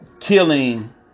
killing